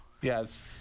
Yes